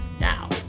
now